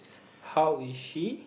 how is she